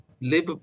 live